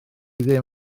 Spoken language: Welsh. ddim